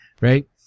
right